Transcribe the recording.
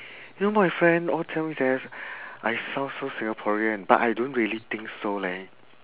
you know my friend all tell me that I sound so singaporean but I don't really think so leh